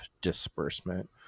disbursement